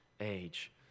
age